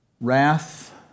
Wrath